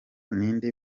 n’indi